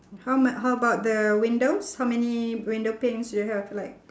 how m~ how about the windows how many window panes you have like